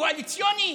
קואליציוני?